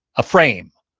a frame,